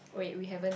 wait we haven't